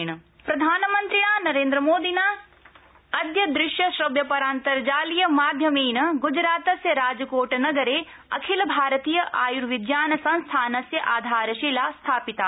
प्रधानमन्त्री एम्स राजकोट प्रधानमन्त्रिणा नरेन्द्रमोदिना अद्य दृश्य श्रव्य परान्तर्जालीय माध्यमेन ग्जरातस्य राजकोटनगरे अखिल भारतीय आय्र्विज्ञान संस्थानस्य आधारशिला स्थापिता